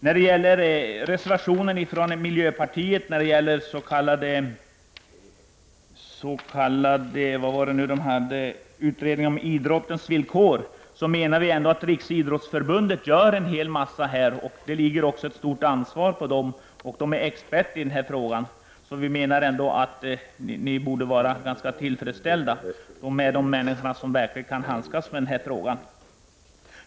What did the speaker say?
När det gäller reservationen från miljöpartiet om en utredning om idrottens villkor, menar vi att riksidrottsförbundet gör en hel del arbete. Det ligger ett stort ansvar på dem. De är experter i frågan. Ni borde därför vara tillfredsställda med de människor som verkligen kan handskas med frågan.